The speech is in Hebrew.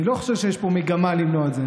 אני לא חושב שיש פה מגמה למנוע את זה,